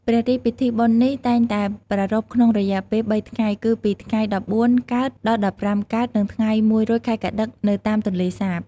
ព្រះរាជពិធីបុណ្យនេះតែងតែប្រារព្ធក្នុងរយៈពេល៣ថ្ងៃគឺពី ថ្ងៃ១៤ កើត ដល់ ១៥កើត និងថ្ងៃ១រោចខែកត្តិក នៅតាមទន្លេសាប។